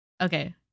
Okay